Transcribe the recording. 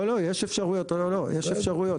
לא, יש אפשרויות.